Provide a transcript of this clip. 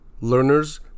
learners